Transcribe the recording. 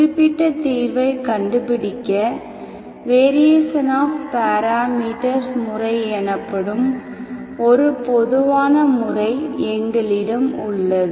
குறிப்பிட்ட தீர்வைக் கண்டுபிடிக்க வேரியேஷன் ஆஃப் பேராமீட்டர்ஸ் முறை எனப்படும் ஒரு பொதுவான முறை எங்களிடம் உள்ளது